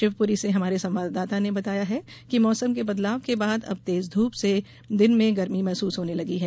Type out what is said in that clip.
शिवपुरी से हमारे संवाददाता ने बताया है कि मौसम के बदलाव के बाद अब तेज धूप से दिन में गर्मी महसूस होने लगी है